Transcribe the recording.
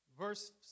verse